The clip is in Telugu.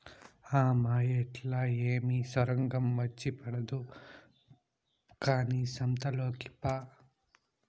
ఆ మాయేట్లా ఏమి సొరంగం వచ్చి పడదు కానీ సంతలోకి పా